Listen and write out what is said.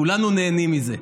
כולנו נהנים מזה.